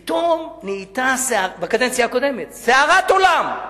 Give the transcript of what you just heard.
פתאום, בקדנציה הקודמת, נהייתה סערת עולם,